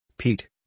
Pete